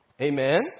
Amen